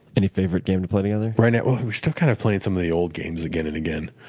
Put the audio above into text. any favorite game to play together? we're and we're still kind of playing some of the old games again and again.